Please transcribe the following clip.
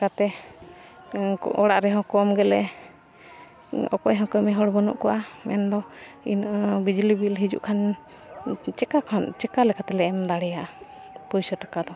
ᱠᱟᱛᱮᱫ ᱚᱲᱟᱜ ᱨᱮᱦᱚᱸ ᱠᱚᱢ ᱜᱮᱞᱮ ᱚᱠᱚᱭ ᱦᱚᱸ ᱠᱟᱹᱢᱤ ᱦᱚᱲ ᱵᱟᱹᱱᱩᱜ ᱠᱚᱜᱼᱟ ᱢᱮᱱᱫᱚ ᱤᱱᱟᱹ ᱵᱤᱡᱽᱞᱤ ᱵᱤᱞ ᱦᱤᱡᱩᱜ ᱠᱷᱟᱱ ᱪᱮᱠᱟ ᱠᱷᱚᱱ ᱪᱮᱠᱟ ᱞᱮᱠᱟᱛᱮ ᱞᱮ ᱮᱢ ᱫᱟᱲᱮᱭᱟᱜᱼᱟ ᱯᱩᱭᱥᱟᱹ ᱴᱟᱠᱟ ᱫᱚ